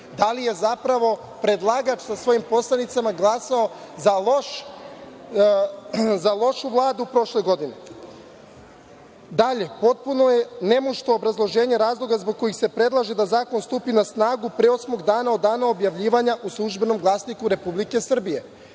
Da li je zapravo predlagač sa svojim poslanicima glasao za lošu Vladu prošle godine? Dalje, potpuno je nemušto obrazloženje razloga zbog kojih se predlaže da zakon stupi na snagu pre osmog dana od dana objavljivanja u „Službenom glasniku Republike Srbije“,